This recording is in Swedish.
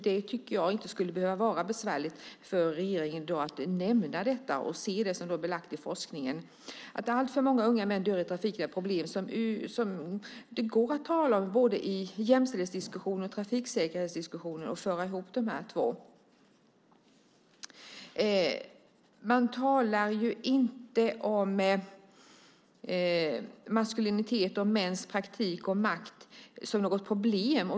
Det borde inte vara besvärligt för regeringen att nämna detta och se det som är belagt i forskningen. Att alltför många unga män dör i trafiken är ett problem som det går att tala om både i jämställdhetsdiskussionen och i trafiksäkerhetsdiskussionen. Man borde kunna föra ihop dessa båda. Man talar inte om maskulinitet, om mäns praktik och makt som något problem.